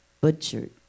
butchered